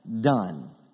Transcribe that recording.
done